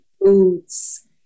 boots